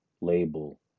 label